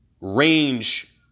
range